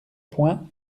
point